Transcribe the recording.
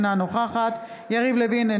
אינה נוכחת יריב לוין,